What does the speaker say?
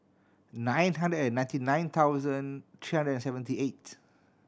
nine hundred and ninety nine thousand three hundred and seventy eight